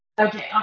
Okay